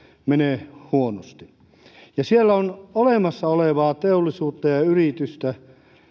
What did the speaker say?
menee huonosti siellä on olemassa olevaa teollisuutta ja ja yritystä